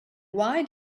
why